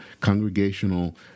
congregational